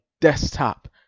desktop